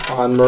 on